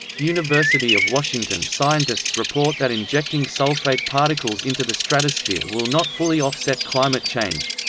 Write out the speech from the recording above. university of washington scientists report that injecting sulfate particles into the stratosphere will not fully offset climate change.